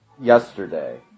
yesterday